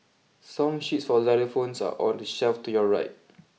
song sheets for xylophones are on the shelf to your right